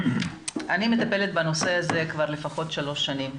אני מטפלת בנושא הזה לפחות שלוש שנים,